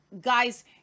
guys